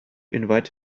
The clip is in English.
invite